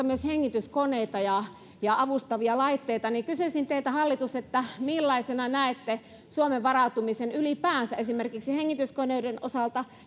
myös hengityskoneita ja ja avustavia laitteita niin kysyisin teiltä hallitus millaisena näette suomen varautumisen ylipäänsä esimerkiksi hengityskoneiden osalta